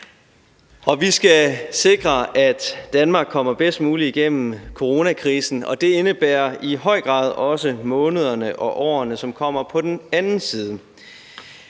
Vi skal sikre, at Danmark kommer bedst muligt igennem coronakrisen, og det indebærer i høj grad også månederne og årene, som kommer på den anden side.